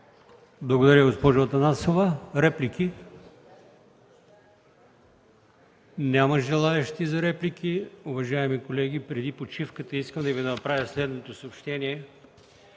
Благодаря, госпожо Атанасова. Реплики? Няма желаещи за реплики. Уважаеми колеги, преди почивката искам да Ви направя следното съобщение: